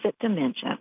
dementia